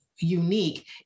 unique